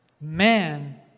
man